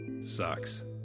sucks